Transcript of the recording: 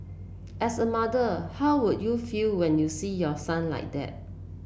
as a mother how would you feel when you see your son like that